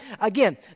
again